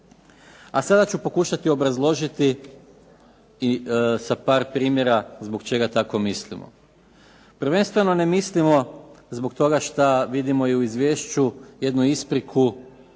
A sada ću pokušati obrazložiti i sa par primjera zbog čega tako mislimo. Prvenstveno ne mislimo zbog toga šta vidimo i u izvješću jednu ispriku